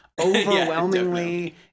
overwhelmingly